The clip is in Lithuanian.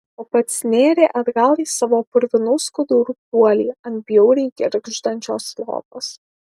o pats nėrė atgal į savo purvinų skudurų guolį ant bjauriai girgždančios lovos